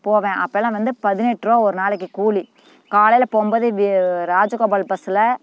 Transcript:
போவேன் அப்போலாம் வந்து பதினெட்டுருவா ஒரு நாளைக்கு கூலி காலையில் போகும்போது ராஜகோபால் பஸ்ஸில்